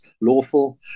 lawful